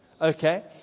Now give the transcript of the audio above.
okay